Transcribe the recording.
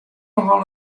nochal